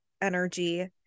energy